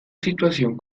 situación